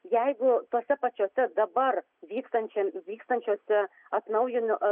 jeigu tose pačiose dabar vykstančiam vykstančiuose atnaujino